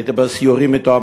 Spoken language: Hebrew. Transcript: הייתי בסיורים אתו,